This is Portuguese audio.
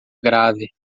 grave